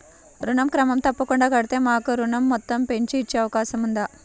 ఋణం క్రమం తప్పకుండా కడితే మాకు ఋణం మొత్తంను పెంచి ఇచ్చే అవకాశం ఉందా?